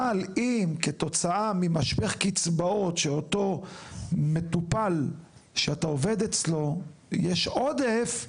אבל אם כתוצאה ממשפך קצבאות שאותו מטופל שאתה עובד אצלו יש עודף,